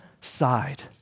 side